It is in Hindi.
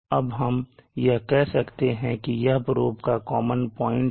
अब हम यह कह सकते हैं कि यह probe का कॉमन पॉइंट है